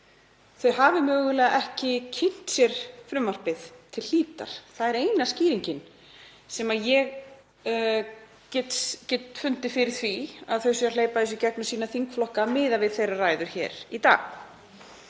þau hafi mögulega ekki kynnt sér frumvarpið til hlítar. Það er eina skýringin sem ég get fundið á því að þau séu að hleypa þessu í gegnum sína þingflokka miðað við þeirra ræður hér í dag.